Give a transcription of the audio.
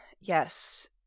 yes